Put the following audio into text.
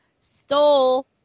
stole –